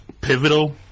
pivotal